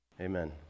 Amen